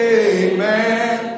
amen